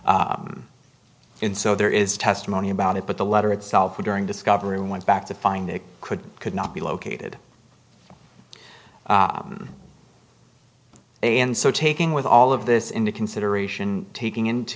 in so there is testimony about it but the letter itself during discovery went back to find it could could not be located and so taking with all of this into consideration taking into